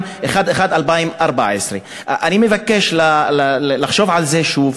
בינואר 2014. אני מבקש לחשוב על זה שוב,